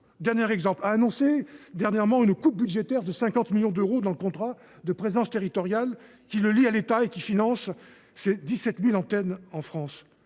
a, par exemple, annoncé une coupe budgétaire de 50 millions d’euros dans le contrat de présence territoriale qui le lie à l’État, lequel finance ses 17 000 antennes en France.